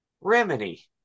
Remedy